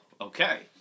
okay